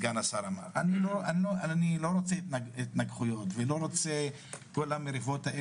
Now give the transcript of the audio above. אני לא רוצה התנגחויות ומריבות.